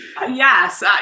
Yes